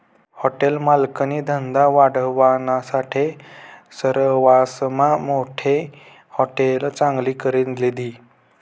hotel मालकनी धंदा वाढावानासाठे सरवासमा मोठी हाटेल चांगली करी लिधी